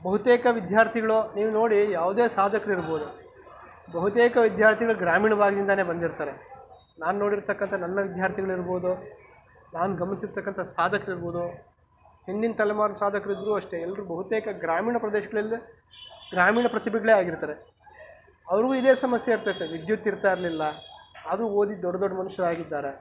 ಬಹುತೇಕ ವಿದ್ಯಾರ್ಥಿಗಳು ನೀವು ನೋಡಿ ಯಾವುದೇ ಸಾಧಕ್ರು ಇರ್ಬೋದು ಬಹುತೇಕ ವಿದ್ಯಾರ್ಥಿಗಳು ಗ್ರಾಮೀಣ ಭಾಗದಿಂದಾನೆ ಬಂದಿರ್ತಾರೆ ನಾನು ನೋಡಿರತಕ್ಕಂಥ ನನ್ನ ವಿದ್ಯಾರ್ಥಿಗಳಿರ್ಬೋದು ನಾನು ಗಮನಿಸಿರ್ತಕ್ಕಂಥ ಸಾಧಕರಿರ್ಬೋದು ಹಿಂದಿನ ತಲೆಮಾರು ಸಾಧಕ್ರಿದ್ರೂ ಅಷ್ಟೇ ಎಲ್ಲರೂ ಬಹುತೇಕ ಗ್ರಾಮೀಣ ಪ್ರದೇಶಗಳಲ್ಲೆ ಗ್ರಾಮೀಣ ಪ್ರತಿಭೆಗಳೆ ಆಗಿರ್ತಾರೆ ಅವ್ರಿಗೂ ಇದೇ ಸಮಸ್ಯೆ ಇರ್ತಾಯಿತ್ತು ವಿದ್ಯುತ್ ಇರ್ತಾ ಇರಲಿಲ್ಲ ಆದರೂ ಓದಿ ದೊಡ್ಡ ದೊಡ್ಡ ಮನುಷ್ಯರಾಗಿದ್ದಾರೆ